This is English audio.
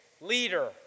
Leader